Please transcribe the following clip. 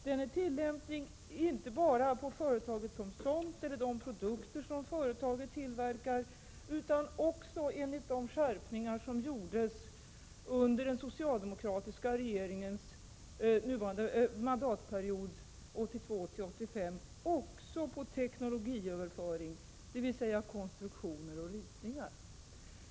Den är tillämplig inte bara på företaget som sådant eller de produkter företaget tillverkar utan också, med de skärpningar som gjordes under den socialdemokratiska regeringens mandatperiod 1982-1985, också på teknologiöverföring, dvs. konstruktioner och ritningar.